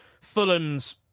Fulham's